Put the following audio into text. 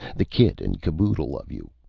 the kit and caboodle of you.